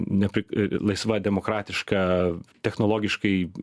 neprik a laisva demokratiška technologiškai